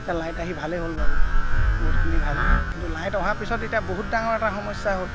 এতিয়া লাইট আহি ভালেই হ'ল বাৰু বহুতখিনি ভাল হ'ল কিন্তু লাইট অহা পিছত এতিয়া বহুত ডাঙৰ এটা সমস্যা হ'ল